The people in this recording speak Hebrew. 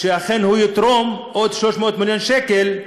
שהוא אכן יתרום עוד 300 מיליון שקל,